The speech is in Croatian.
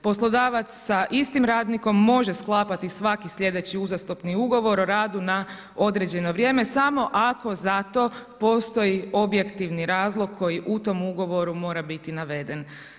Poslodavac sa istim radnikom može sklapati svaki sljedeći uzastopni ugovor o radu na određeno vrijeme, samo ako za to postoji objektivni razlog koji u tom ugovoru mora biti naveden.